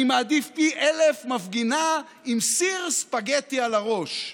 אני מעדיף פי אלף מפגינה עם סיר ספגטי על הראש.